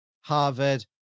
Harvard